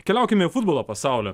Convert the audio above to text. keliaukime į futbolo pasaulį